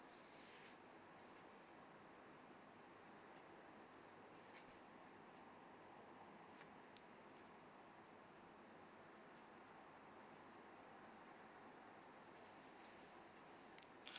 two